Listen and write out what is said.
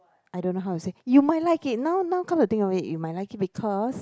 I don't know how to say you might like it now now come the thing of it you might like it because